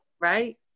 right